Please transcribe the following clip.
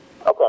Okay